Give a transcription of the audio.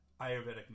Ayurvedic